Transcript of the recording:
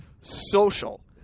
social